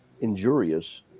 injurious